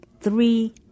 three